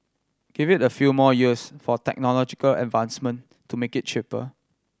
give it a few more years for technological advancement to make it cheaper